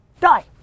Die